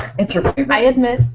it's her but favorite. i admit.